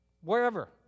wherever